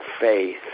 faith